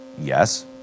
Yes